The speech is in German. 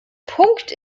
punkt